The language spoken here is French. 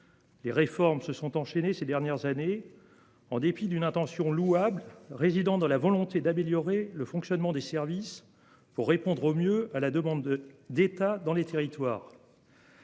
Les réformes se sont enchaînés ces dernières années en dépit d'une intention louable résidant dans la volonté d'améliorer le fonctionnement des services pour répondre au mieux à la demande de d'État dans les territoires.